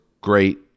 great